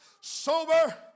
sober